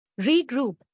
regroup